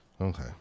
Okay